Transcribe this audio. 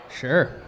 Sure